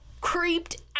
creeped